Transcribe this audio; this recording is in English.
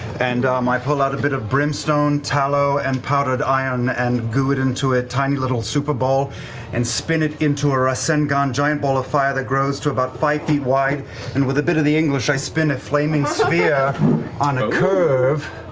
um i pull out a bit of brimstone, tallow, and powdered iron and goo it into a tiny little super ball and spin it into a rasengan giant ball of fire that grows to about five feet wide and with a bit of the english, i spin a flaming sphere on a curve,